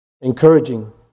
Encouraging